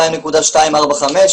2.245 מיליארד,